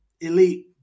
elite